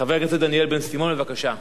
חבר הכנסת דניאל בן-סימון, בבקשה.